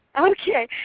Okay